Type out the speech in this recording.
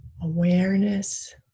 awareness